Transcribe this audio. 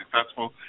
successful